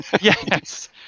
Yes